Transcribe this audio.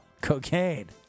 cocaine